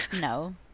no